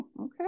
okay